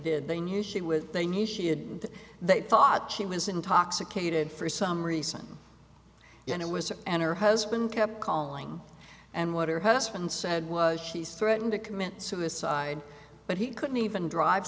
would they knew she had and they thought she was intoxicated for some reason and it was and her husband kept calling and what her husband said was she's threatening to commit suicide but he couldn't even drive